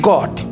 God